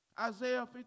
Isaiah